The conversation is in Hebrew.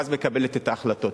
ואז מקבלת את ההחלטות.